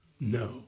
No